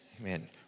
Amen